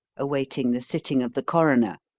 awaiting the sitting of the coroner.